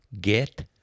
Get